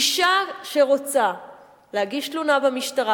אשה שרוצה להגיש תלונה במשטרה,